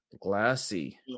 glassy